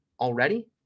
already